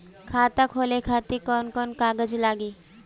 खाता खोले खातिर कौन कौन कागज लागी?